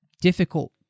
difficult